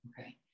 Okay